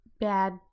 bad